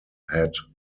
had